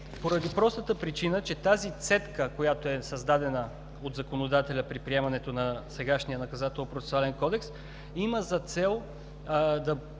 поради простата причина, че тази цепка, която е създадена от законодателя при приемането на сегашния Наказателно-процесуалния кодекс, има за цел да